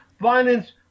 violence